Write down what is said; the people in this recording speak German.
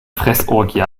fressorgie